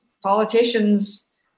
politicians